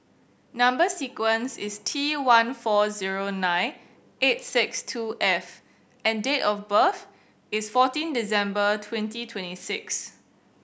number sequence is T one four zero nine eight six two F and date of birth is fourteen December twenty twenty six